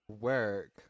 work